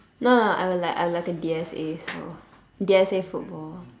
no no I'm like I'm like a D_S_A so D_S_A football